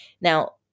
Now